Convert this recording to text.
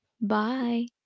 Bye